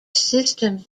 systems